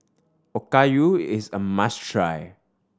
okayu is a must try